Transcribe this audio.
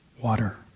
water